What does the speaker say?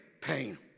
pain